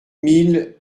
mille